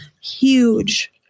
huge